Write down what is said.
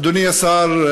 אדוני השר,